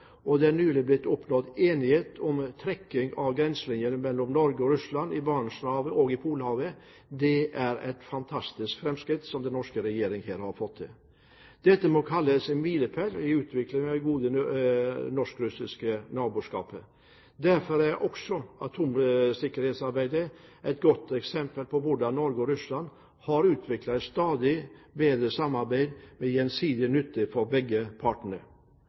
og at det nylig er oppnådd enighet om trekking av grenselinjen mellom Norge og Russland i Barentshavet og i Polhavet. Det er et fantastisk framskritt som den norske regjering her har fått til. Dette må kalles en milepæl i utviklingen av det gode norsk-russiske naboskapet. Derfor er også atomsikkerhetsarbeidet et godt eksempel på hvordan Norge og Russland har utviklet et stadig bedre samarbeid, til gjensidig nytte for begge